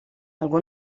algú